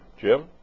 Jim